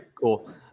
Cool